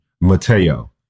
Mateo